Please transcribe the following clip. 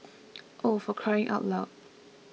oh for crying out loud